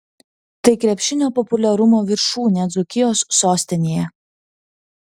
tai krepšinio populiarumo viršūnė dzūkijos sostinėje